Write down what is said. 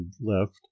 left